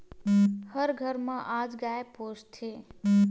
हर घर म आज गाय पोसथे